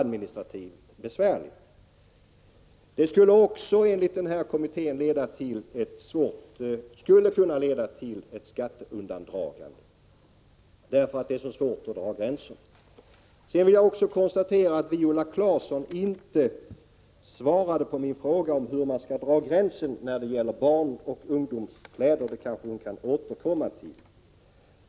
Det skulle enligt kommittén också kunna leda till ett skatteundandragande på grund av att det är så svårt att dra gränser. Sedan vill jag också konstatera att Viola Claesson inte svarade på min fråga hur man skall dra gränsen mellan barnoch ungdomskläder och vuxenkläder. Det kanske hon kan återkomma till.